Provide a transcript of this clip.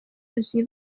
yuzuye